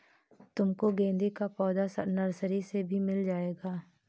तुमको गेंदे का पौधा नर्सरी से भी मिल जाएगा